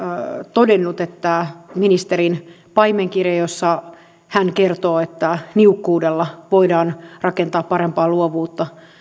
todennut että ministerin paimenkirje jossa hän kertoo että niukkuudella voidaan rakentaa parempaa luovuutta